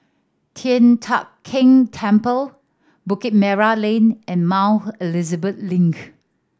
Tian Teck Keng Temple Bukit Merah Lane and Mount Elizabeth Link